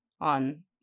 on